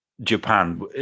japan